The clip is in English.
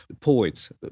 poets